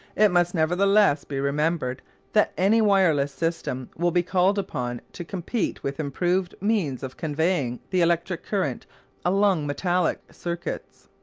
it must nevertheless be remembered that any wireless system will be called upon to compete with improved means of conveying the electric current along metallic circuits.